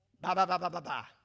Ba-ba-ba-ba-ba-ba